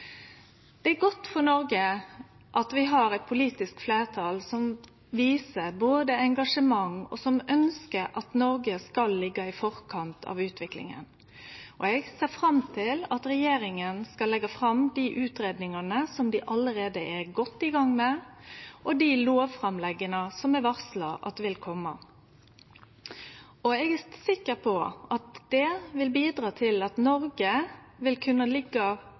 Det er godt for Noreg at vi har eit politisk fleirtal som viser engasjement, og som ønskjer at Noreg skal liggje i forkant av utviklinga. Eg ser fram til at regjeringa skal leggje fram dei utgreiingane som dei allereie er godt i gang med, og dei lovframlegga som er varsla vil kome. Eg er sikker på at det vil bidra til at Noreg vil